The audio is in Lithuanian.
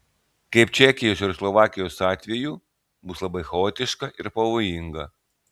kaip čekijos ir slovakijos atveju bus labai chaotiška ir pavojinga